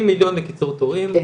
50 מיליון לקיצור תורים,